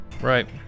Right